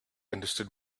understood